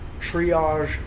triage